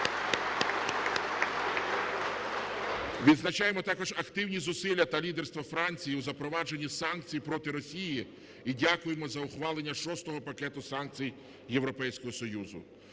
Відзначаємо також активні зусилля та лідерство Франції у запровадженні санкцій проти Росії і дякуємо за ухвалення шостого пакету санкцій Європейського Союзу.